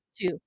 two